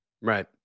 Right